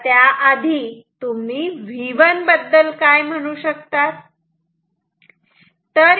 आता त्या आधी तुम्ही V1 बद्दल काय म्हणू शकतात